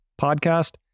Podcast